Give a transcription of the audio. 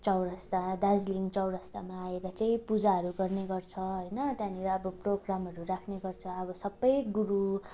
चौरस्ता दार्जिलिङ चौरस्तामा आएर चाहिँ पूजाहरू गर्ने गर्छ होइन त्यहाँनिर अब प्रोग्रामहरू राख्ने गर्छ अब सबै गुरु